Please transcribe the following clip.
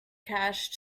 cache